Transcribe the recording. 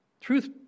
Truth